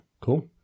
Cool